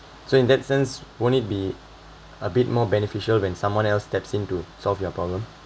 so in that sense wouldn't it be a bit more beneficial when someone else steps in to solve your problem